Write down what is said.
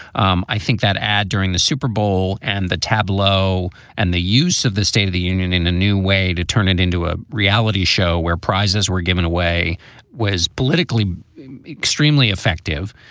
um i think that ad during the super bowl and the tableau and the use of the state of the union in a new way to turn it into a reality show where prizes were given away was politically extremely effective.